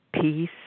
peace